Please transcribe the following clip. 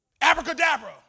Abracadabra